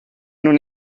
non